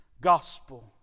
gospel